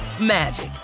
magic